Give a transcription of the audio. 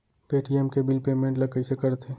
Paytm के bill payment ल कइसे करथे?